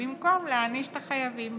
במקום להעניש את החייבים.